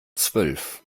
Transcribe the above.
zwölf